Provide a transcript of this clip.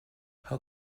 how